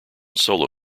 solo